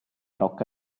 rocca